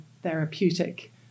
therapeutic